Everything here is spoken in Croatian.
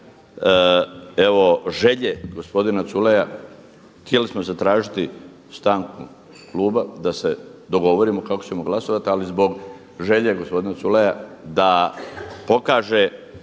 evo želje gospodina Culeja htjeli smo zatražiti stanku kluba da se dogovorimo kako ćemo glasovati, ali zbog želje gospodina Culeja da pokaže